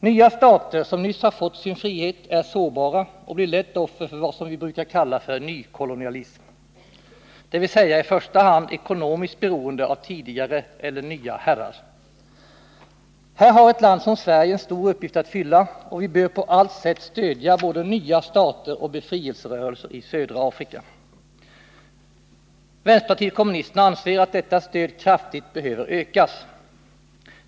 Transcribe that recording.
Nya stater som nyss fått sin frihet är sårbara och blir lätt offer för vad som brukar kallas nykolonialism, dvs. i första hand ekonomiskt beroende av tidigare eller nya herrar. Här har ett land som Sverige en stor uppgift att fylla och vi bör på allt sätt stödja både nya stater och befrielserörelser i södra Afrika. Vänsterpartiet kommunisterna anser att detta stöd kraftigt behöver ökas.